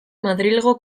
madrilgo